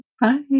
Bye